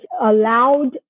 allowed